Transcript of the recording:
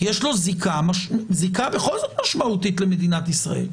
יש לו בכל זאת זיקה משמעותית למדינת ישראל.